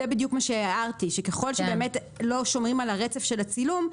זה בדיוק מה שהערתי: שככל שבאמת לא שומרים על הרצף של הצילום,